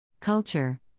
Culture